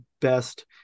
best –